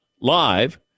live